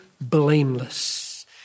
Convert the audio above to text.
blameless